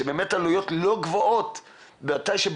שבאמת העלויות לא גבוהות בעת הבניה,